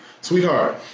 sweetheart